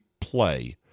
play